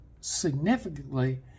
significantly